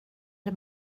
det